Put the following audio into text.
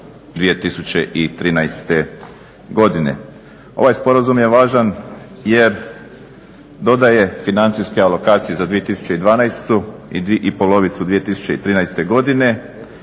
2013.godine. Ovaj sporazum je važan jer dodaje financijske alokacije za 2012. i polovicu 2013.godine